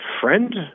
friend